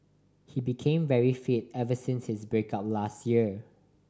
he became very fit ever since his break up last year